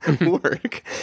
work